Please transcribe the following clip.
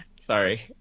Sorry